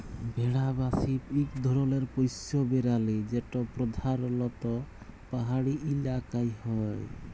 ভেড়া বা শিপ ইক ধরলের পশ্য পেরালি যেট পরধালত পাহাড়ি ইলাকায় হ্যয়